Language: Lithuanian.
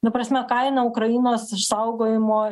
ta prasme kaina ukrainos išsaugojimo